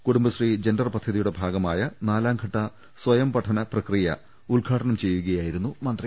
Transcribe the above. Kudumbashree gender പദ്ധതിയുടെ ഭാഗമായ നാലാംഘട്ട സ്വയം പഠന പ്രക്രിയ ഉദ്ഘാടനം ചെയ്യുക യായിരുന്നു മന്ത്രി